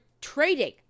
trading